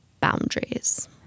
boundaries